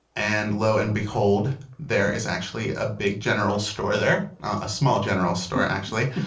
and lo and behold, there is actually a big general store there, a small general store actually.